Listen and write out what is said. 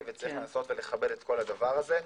וצריך לנסות ולכבד את כול הדבר הזה,